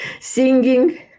Singing